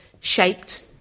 shaped